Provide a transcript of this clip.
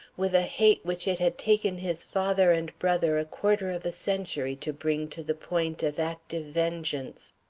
with a hate which it had taken his father and brother a quarter of a century to bring to the point of active vengeance.